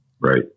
Right